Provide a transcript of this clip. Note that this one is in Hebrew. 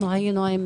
היינו עם